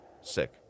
Sick